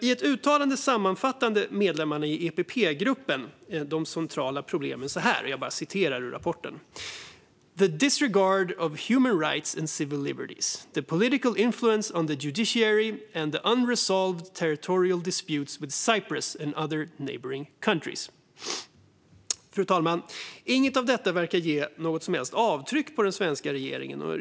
I ett uttalande sammanfattade medlemmarna i EPP-gruppen de centrala problemen så här: "The disregard of human rights and civil liberties, the political influence on the justiciary and the unresolved territorial dispute with Cyprus and other neighbouring countries." Fru talman! Inget av detta verkar ge något som helst avtryck på den svenska regeringen.